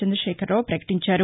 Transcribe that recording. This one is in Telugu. చంద్రశేఖరరావు ప్రకటించారు